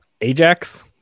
Ajax